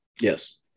Yes